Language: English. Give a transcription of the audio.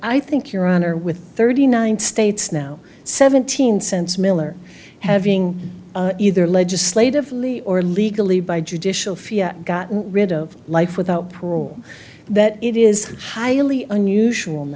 i think your honor with thirty nine states now seventeen cents miller having either legislatively or legally by judicial fiat gotten rid of life without parole that it is highly unusual